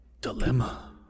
Dilemma